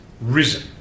risen